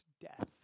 Death